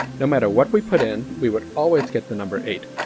no matter what we put in, we would always get the number eight.